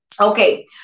Okay